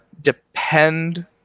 depend